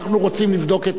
אנחנו רוצים לבדוק.